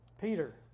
Peter